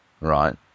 right